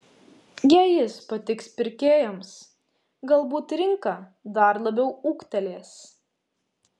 jei jis patiks pirkėjams galbūt rinka dar labiau ūgtelės